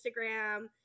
Instagram